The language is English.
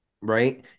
right